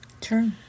True